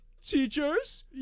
teachers